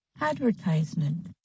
Advertisement